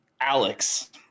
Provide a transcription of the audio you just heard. Alex